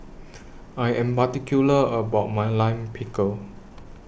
I Am particular about My Lime Pickle